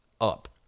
up